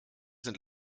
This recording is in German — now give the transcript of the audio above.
sind